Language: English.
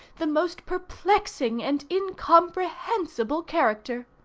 the most perplexing and incomprehensible character.